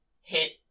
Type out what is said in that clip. hit